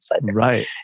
right